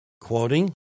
quoting